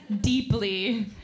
deeply